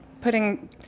putting